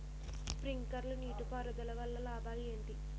Sprinkler నీటిపారుదల వల్ల లాభాలు ఏంటి?